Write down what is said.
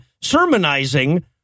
sermonizing